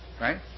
right